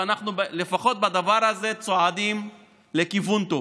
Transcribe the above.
ולפחות בדבר הזה אנחנו צועדים לכיוון טוב.